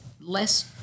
less